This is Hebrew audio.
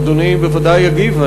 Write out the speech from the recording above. אדוני בוודאי יגיב.